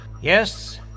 Yes